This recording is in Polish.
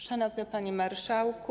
Szanowny Panie Marszałku!